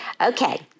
Okay